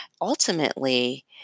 Ultimately